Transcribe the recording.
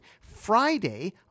Friday